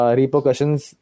repercussions